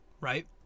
Right